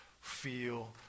feel